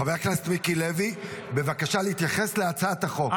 חבר הכנסת מיקי לוי, בבקשה להתייחס להצעת החוק.